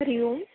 Hari Om